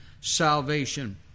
salvation